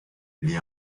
lit